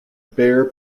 bare